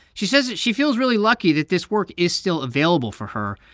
she says that she feels really lucky that this work is still available for her,